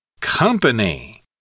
Company